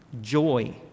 Joy